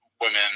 women